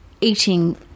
eating